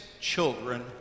children